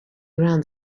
around